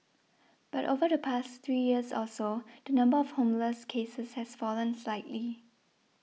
but over the past three years or so the number of homeless cases has fallen slightly